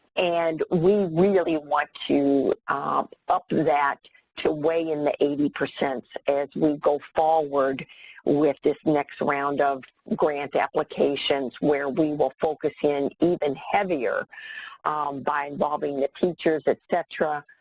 and we really want to up up that to weigh in the eighty percent as we go forward with this next round of grant applications where we will focus in even heavier by involving the teachers, etc.